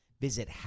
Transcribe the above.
Visit